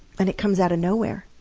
and it comes out of nowhere.